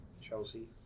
Chelsea